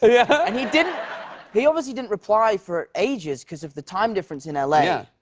ah yeah and he didn't he obviously didn't reply for ages, because of the time difference in l a. yeah.